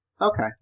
Okay